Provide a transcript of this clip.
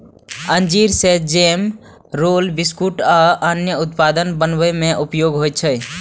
अंजीर सं jam, roll, biscuit आ अन्य उत्पाद बनाबै मे उपयोग होइ छै